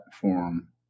form